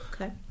Okay